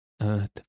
Earth